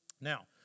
Now